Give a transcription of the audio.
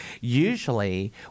usually